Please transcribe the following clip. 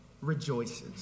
Rejoices